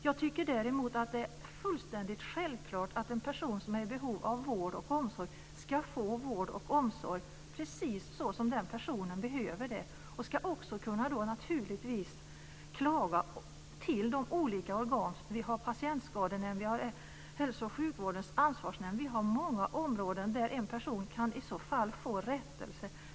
Jag tycker däremot att det är fullständigt självklart att en person som är i behov av vård och omsorg ska få precis den vård och omsorg som personen behöver och ska naturligtvis också kunna klaga till olika organ. Vi har Patientskadenämnden och Hälso och sjukvårdens ansvarsnämnd. Det finns många instanser där en person kan få rättelse.